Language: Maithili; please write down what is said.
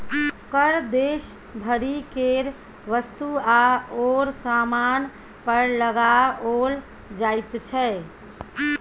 कर देश भरि केर वस्तु आओर सामान पर लगाओल जाइत छै